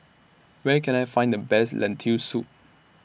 Where Can I Find The Best Lentil Soup